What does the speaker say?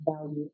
value